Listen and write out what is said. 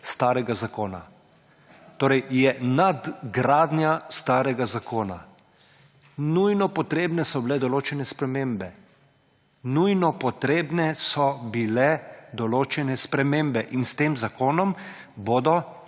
starega zakona. Torej je nadgradnja starega zakona. Nujno potrebne so bile določene spremembe. Nujno potrebne so bile določene spremembe in s tem zakonom bodo